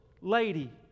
lady